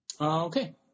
Okay